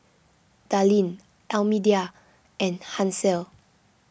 Darlene Almedia and Hansel